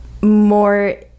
more